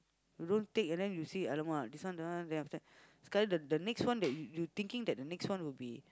you don't take then you say !alamak! this one don't want then after that sekali the the next one that you you thinking that the next one would be